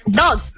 dog